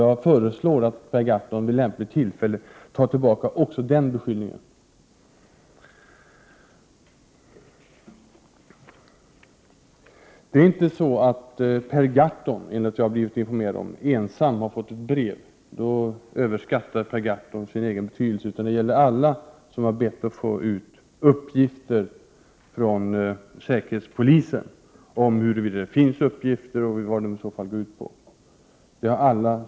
Jag föreslår att Per Gahrton vid lämpligt tillfälle tar tillbaka också den beskyllningen. Per Gahrton är inte, enligt vad jag har blivit informerad om, ensam om att ha fått ett brev. Då överskattar Per Gahrton sin egen betydelse. Det gäller alla som har bett om att få uppgifter från säkerhetspolisen om huruvida det finns uppgifter om dem och vad de i så fall går ut på.